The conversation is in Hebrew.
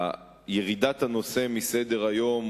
לירידת הנושא מסדר-היום,